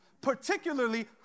particularly